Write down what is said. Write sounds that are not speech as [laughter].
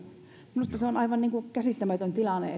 minusta se on aivan käsittämätön tilanne [unintelligible]